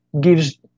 gives